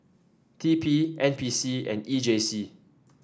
T P N P C and E J C